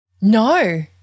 no